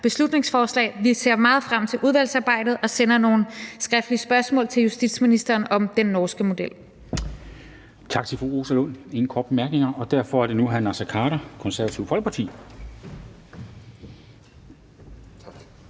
beslutningsforslag. Vi ser meget frem til udvalgsarbejdet og sender nogle skriftlige spørgsmål til justitsministeren om den norske model.